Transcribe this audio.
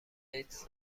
ایدز